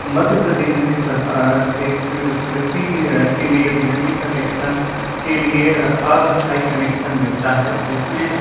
मध्य प्रदेश में सरकार से एक कृषि के लिए बिजली कनेक्शन के लिए अस्थाई कनेक्शन मिलता है जिसमें